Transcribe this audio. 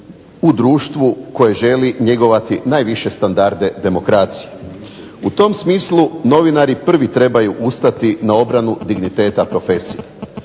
u društvu koje želi njegovati najviše standarde demokracije. U tom smislu novinari prvi trebaju ustati za obranu digniteta profesije